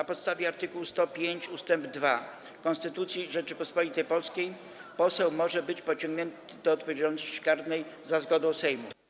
Na podstawie art. 105 ust. 2 Konstytucji Rzeczypospolitej Polskiej poseł może być pociągnięty do odpowiedzialności karnej za zgodą Sejmu.